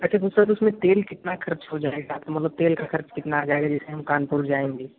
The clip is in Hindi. अच्छा तो सर उसमें तेल कितना ख़र्च हो जाएगा तो मतलब तेल का ख़र्च कितना आ जाएगा जैसे हम कानपुर जाएँगे